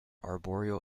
arboreal